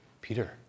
Peter